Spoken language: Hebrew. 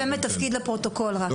גם